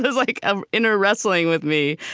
like i'm inner wrestling with me.